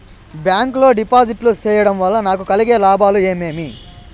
Bank లో డిపాజిట్లు సేయడం వల్ల నాకు కలిగే లాభాలు ఏమేమి?